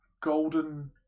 golden